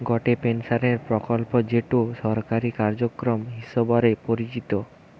গটে পেনশনের প্রকল্প যেটো সরকারি কার্যক্রম হিসবরে পরিচিত